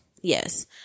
Yes